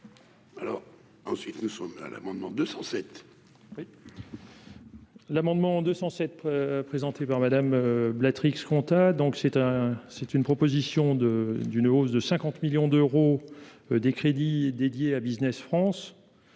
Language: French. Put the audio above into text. Alors, ensuite, nous sommes là, l'amendement 207. L'amendement 207 présenté par Madame Blétry compta, donc c'est un c'est une proposition de d'une hausse de 50. Millions d'euros des crédits dédiés à Business France